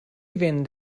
fynd